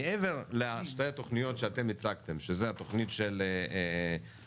מעבר לשתי התכניות שאתם הצגתם שזו התכנית של רשות